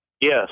Yes